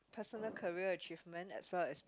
personal career achievement as well as